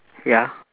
ya